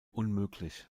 unmöglich